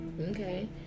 Okay